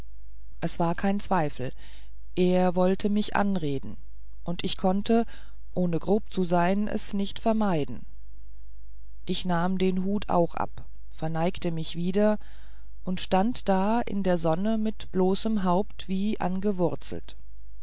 es war kein zweifel er wollte mich anreden und ich konnte ohne grob zu sein es nicht vermeiden ich nahm den hut auch ab verneigte mich wieder und stand da in der sonne mit bloßem haupt wie angewurzelt